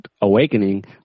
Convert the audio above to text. awakening